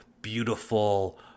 beautiful